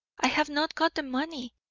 i have not got the money.